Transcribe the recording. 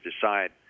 decide